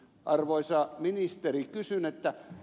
arvoisa ministeri kysyn